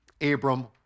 Abram